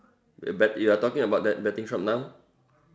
bet you're talking about bet betting shop now